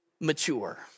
mature